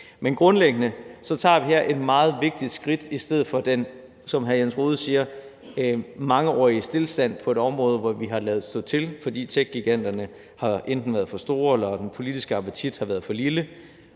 Men grundlæggende tager vi her et meget vigtigt skridt i stedet for den, som hr. Jens Rohde siger, mangeårige stilstand på et område, hvor vi har ladet stå til, fordi techgiganterne enten har været for store eller den politiske appetit for lille.